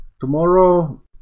tomorrow